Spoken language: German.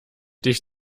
dich